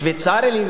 שוויצרי,